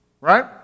Right